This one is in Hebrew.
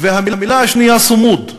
והמילה השנייה "צמוד"